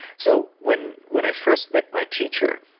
so when when i first met my teacher,